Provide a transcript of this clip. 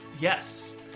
Yes